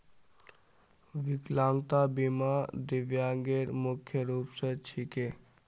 विकलांगता बीमा दिव्यांगेर मुख्य रूप स छिके